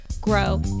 grow